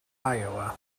iowa